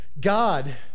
God